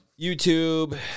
YouTube